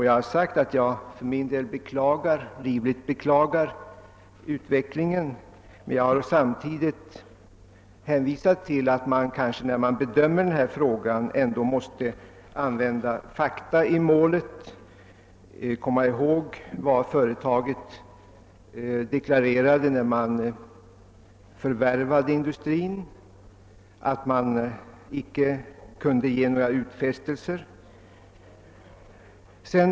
Jag har sagt att jag livligt beklagar utvecklingen, men jag har samtidigt hänvisat till att man när man bedömer denna fråga ändå måste se till fakta i målet och komma ihåg vad företaget deklarerade när det förvärvade industrin, nämligen att det icke kunde ge några utfästelser.